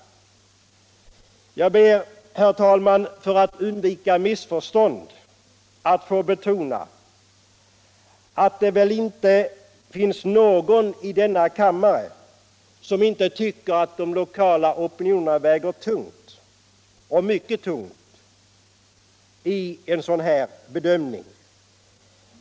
För att undvika missförstånd ber jag att få betona att det väl inte finns någon i denna kammare som inte tycker att de lokala opinionerna väger tungt, och mycket tungt, i en sådan här bedömning.